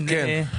ולדימיר, בבקשה.